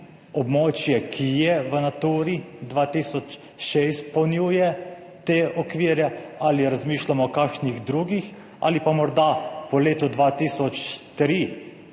območje, ki je v Naturi 2000, še izpolnjuje te okvire, ali razmišljamo o kakšnih drugih. Ali pa morda po letu 2003,